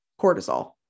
cortisol